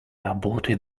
aborted